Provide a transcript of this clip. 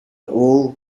all